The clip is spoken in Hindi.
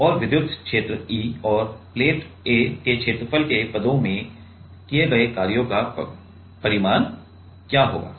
और विद्युत क्षेत्र E और प्लेट A के क्षेत्रफल के पदों में किए गए कार्य का परिमाण क्या होगा